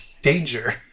danger